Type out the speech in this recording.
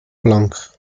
blank